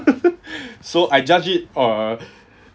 so I judge it err